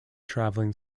travelling